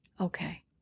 Okay